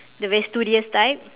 the very studious type